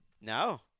No